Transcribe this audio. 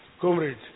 Comrade